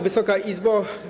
Wysoka Izbo!